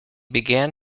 began